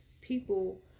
People